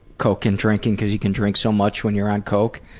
coke and drinking, cause you can drink so much when you're on coke.